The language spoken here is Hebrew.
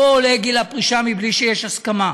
לא עולה גיל הפרישה בלי שיש הסכמה,